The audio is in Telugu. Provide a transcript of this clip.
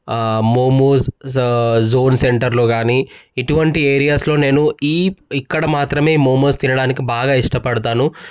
మోమోస్ జోన్ సెంటర్లో గానీ ఇటువంటి ఏరియాస్లో నేను ఈ ఇక్కడ మాత్రమే మోమోస్ తినడానికి బాగా ఇష్టపడతాను